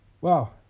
Wow